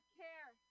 care